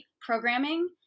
programming